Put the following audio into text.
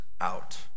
out